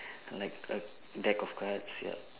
like a deck of cards yup